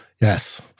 yes